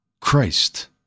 Christ